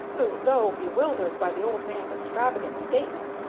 who, though bewildered by the old man's extravagant statements,